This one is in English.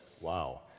wow